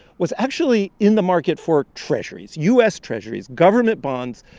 was actually in the market for treasurys u s. treasurys, government bonds,